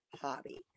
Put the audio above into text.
hobby